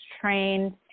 trained